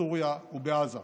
בסוריה ובעזה.